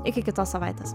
iki kitos savaitės